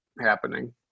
happening